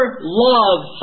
love